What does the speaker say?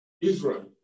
Israel